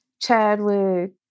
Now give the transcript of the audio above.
Chadwick